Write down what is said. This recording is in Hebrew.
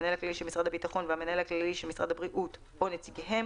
המנהל הכללי של משרד הביטחון והמנהל הכללי של משרד הבריאות או נציגיהם,